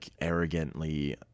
arrogantly